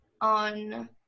on